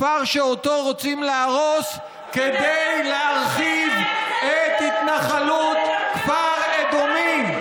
כפר שאותו רוצים להרוס כדי להרחיב את התנחלות כפר אדומים.